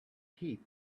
heap